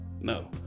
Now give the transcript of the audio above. No